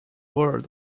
world